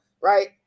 right